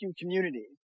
community